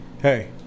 hey